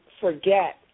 forget